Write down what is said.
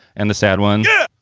and the sad ones. yeah.